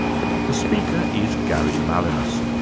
the speaker is gary malinas,